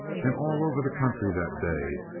and all over the country that day,